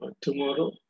tomorrow